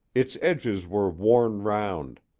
its edges were worn round,